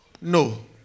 no